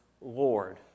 Lord